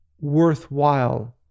worthwhile